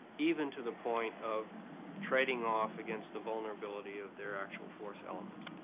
even to the point of trading off against the vulnerability of their actual force elements.